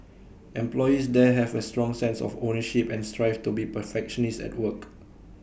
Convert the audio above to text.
employees there have A strong sense of ownership and strive to be perfectionists at work